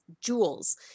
jewels